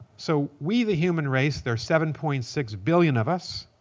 so we the human race, there are seven point six billion of us.